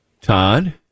Todd